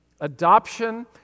adoption